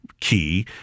key